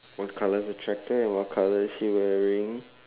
what colour is the tractor and what colour is he wearing